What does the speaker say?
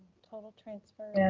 total transfer.